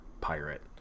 pirate